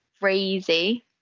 Crazy